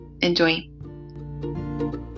Enjoy